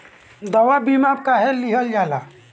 दवा बीमा काहे लियल जाला?